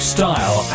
Style